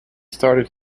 started